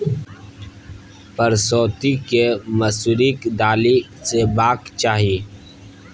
परसौती केँ मसुरीक दालि खेबाक चाही